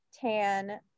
tan